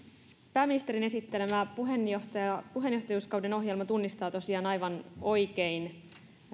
pääministerin esittelemä puheenjohtajuuskauden ohjelma tunnistaa tosiaan aivan oikein